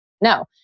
no